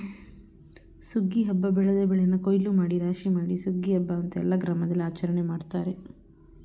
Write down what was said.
ಸುಗ್ಗಿ ಹಬ್ಬ ಬೆಳೆದ ಬೆಳೆನ ಕುಯ್ಲೂಮಾಡಿ ರಾಶಿಮಾಡಿ ಸುಗ್ಗಿ ಹಬ್ಬ ಅಂತ ಎಲ್ಲ ಗ್ರಾಮದಲ್ಲಿಆಚರಣೆ ಮಾಡ್ತಾರೆ